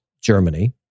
Germany